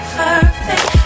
perfect